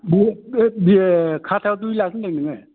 बे खाथायाव दुइ लाख होनदों नोङो